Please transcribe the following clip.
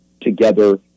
together